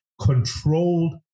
controlled